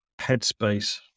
headspace